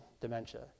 dementia